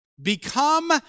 Become